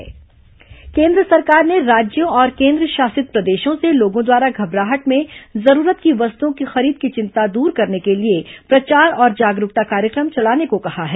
केन्द्र जागरूकता केन्द्र सरकार ने राज्यों और केंद्रशासित प्रदेशों से लोगों द्वारा घबराहट में जरूरत की वस्तुओं की खरीद की चिंता दूर करने के लिए प्रचार और जागरूकता कार्यक्रम चलाने को कहा है